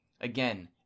Again